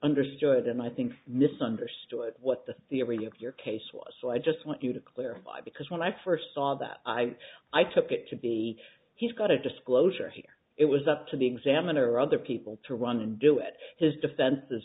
understood and i think misunderstood what the theory of your case was so i just want you to clarify because when i first saw that i i took that to be he's got a disclosure here it was up to the examiner other people to run him to let his defense is